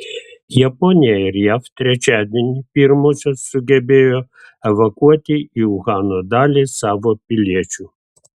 japonija ir jav trečiadienį pirmosios sugebėjo evakuoti į uhano dalį savo piliečių